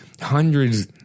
hundreds